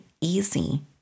easy